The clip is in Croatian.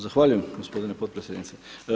Zahvaljujem gospodine potpredsjednice.